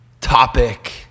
topic